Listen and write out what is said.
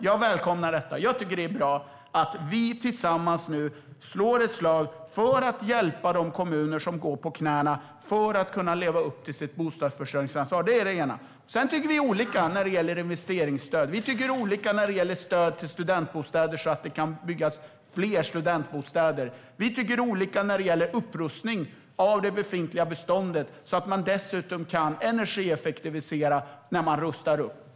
Jag välkomnar ändå att vi tillsammans nu slår ett slag för att hjälpa de kommuner som går på knäna att leva upp till sitt bostadsförsörjningsansvar. Sedan tycker vi olika när det gäller investeringsstöd och när det gäller stöd så att det kan byggas fler studentbostäder. Vi tycker olika när det gäller upprustning av det befintliga beståndet, så att man dessutom kan energieffektivisera när man rustar upp.